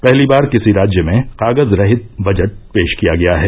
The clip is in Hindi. पहली बार किसी राज्य में कागज रहित बजट पेश किया गया है